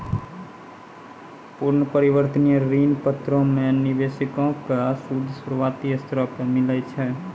पूर्ण परिवर्तनीय ऋण पत्रो मे निवेशको के सूद शुरुआती स्तर पे मिलै छै